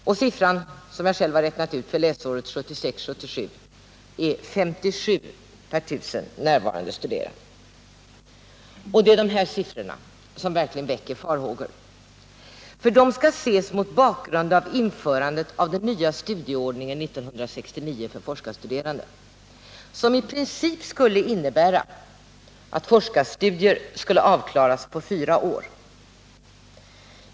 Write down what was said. Och siffran, som jag själv har räknat ut, för läsåret 1976/77 är 57 per tusen närvarande studerande. Det är de här siffrorna som verkligen väcker farhågor. De skall ses mot bakgrund av den nya studieordningen från 1969, som i princip innebär att forskarstudier skulle avklaras på fyra år.